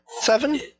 seven